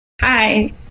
Hi